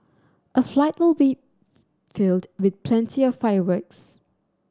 a fight be filled with plenty of fireworks